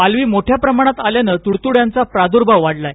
पालवी मोठ्या प्रमाणात आल्याने तुडतुड्यांचा प्रादृभाव वाढला आहे